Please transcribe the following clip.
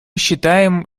считаем